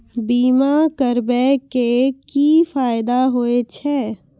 बीमा करबै के की फायदा होय छै?